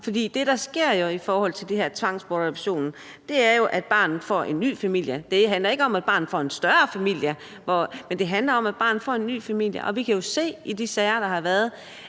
ophav? Det, der sker i forhold til det her tvangsbortadoption, er jo, at barnet får en ny familie. Det handler ikke om, at barnet får en større familie, men det handler om, at barnet får en ny familie, og vi kan jo se i de sager, der har været,